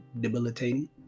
debilitating